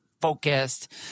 focused